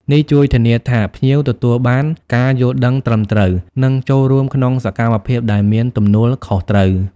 នេះជួយធានាថាភ្ញៀវទទួលបានការយល់ដឹងត្រឹមត្រូវ និងចូលរួមក្នុងសកម្មភាពដែលមានទំនួលខុសត្រូវ។